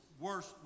worst